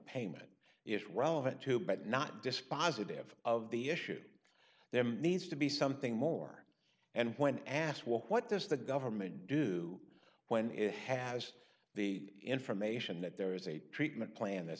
payment is relevant too but not dispositive of the issue there needs to be something more and when asked well what does the government do when it has the information that there is a treatment plan that's